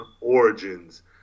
origins